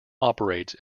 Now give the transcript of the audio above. operates